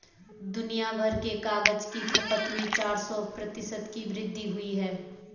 दुनियाभर में कागज की खपत में चार सौ प्रतिशत की वृद्धि हुई है